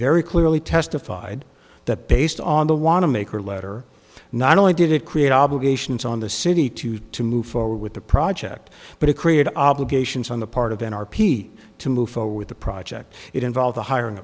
very clearly testified that based on the wanamaker letter not only did it create obligations on the city to to move forward with the project but it created obligations on the part of an r p to move forward with the project it involved the hiring